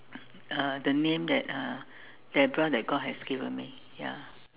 uh the name that uh Deborah that God has given me ya